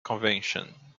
convention